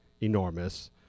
Enormous